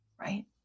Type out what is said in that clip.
right